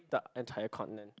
the entire continent